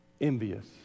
envious